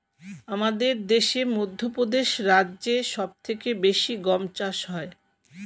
আমাদের দেশে মধ্যপ্রদেশ রাজ্যে সব থেকে বেশি গম চাষ হয়